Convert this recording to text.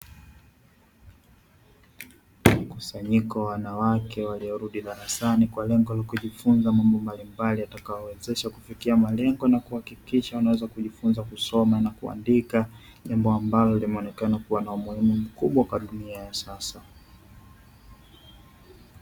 Mkusanyiko wa wanawake waliorudi darasani kwa lengo la kujifunza mambo mbalimbali yatakayowezesha kufikia malengo na kuhakikisha unaweza kujifunza kusoma na kuandika, jambo ambalo limeonekana kuwa na umuhimu mkubwa kwa dunia ya sasa.